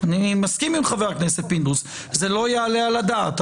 אני מסכים עם חבר הכנסת פינדרוס שזה לא יעלה על הדעת,